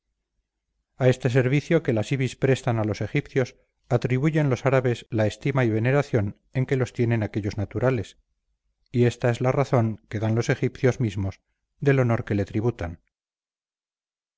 a este servicio que las ibis prestan a los egipcios atribuyen los árabes la estima y veneración en que los tienen aquellos naturales y esta es la razón que dan los egipcios mismos del honor que le tributan